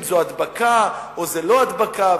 אם זאת הדבקה או לא הדבקה,